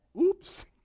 Oops